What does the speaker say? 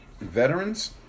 veterans